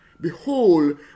behold